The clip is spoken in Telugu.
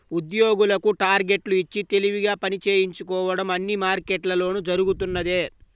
ఉద్యోగులకు టార్గెట్లు ఇచ్చి తెలివిగా పని చేయించుకోవడం అన్ని మార్కెట్లలోనూ జరుగుతున్నదే